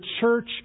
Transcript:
church